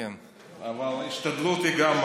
אני מתחייב להשתדל, אדוני.